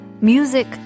music